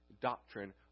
doctrine